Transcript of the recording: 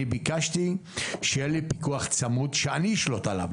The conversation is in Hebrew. אני ביקשתי שיהיה לי פיקוח צמוד שאני אשלוט עליו.